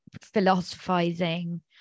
philosophizing